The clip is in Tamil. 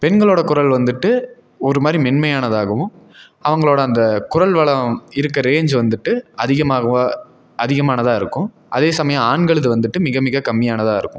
பெண்களோடய குரல் வந்துட்டு ஒரு மாதிரி மென்மையானதாகவும் அவங்களோடய அந்த குரல்வளம் இருக்க ரேஞ்ச் வந்துட்டு அதிகமாகவும் அதிகமானதாக இருக்கும் அதே சமயம் ஆண்களுது வந்து மிக மிக கம்மியானதாக இருக்கும்